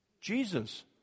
Jesus